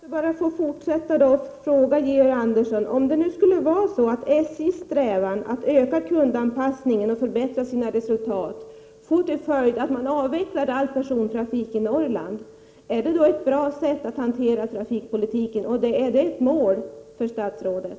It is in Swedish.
Fru talman! Jag måste bara få fortsätta att fråga Georg Andersson: Om det nu skulle vara så att SJ:s strävan att öka kundanpassningen och förbättra sina resor får till följd att man avvecklar all persontrafik i Norrland, är det ett bra sätt att hantera trafikpolitiken? Är det ett mål för statsrådet?